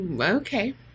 Okay